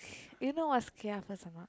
you know what's kia first or not